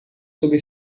sobre